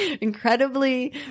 incredibly